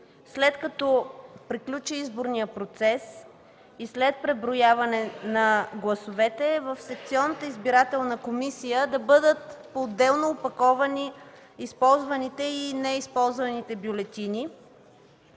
след като приключи изборният процес и след преброяване на гласовете в секционната избирателна комисия, че ще бъдат опаковани поотделно използваните и неизползваните бюлетини.